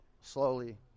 slowly